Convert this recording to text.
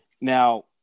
Now